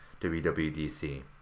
wwdc